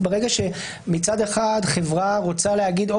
ברגע שמצד אחד חברה רוצה להגיד בסדר,